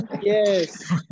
Yes